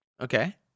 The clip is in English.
okay